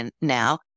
now